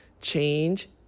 change